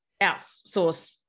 outsource